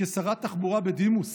כשרת התחבורה בדימוס,